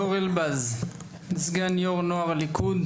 דור אלבז, סגן יו"ר נוער הליכוד.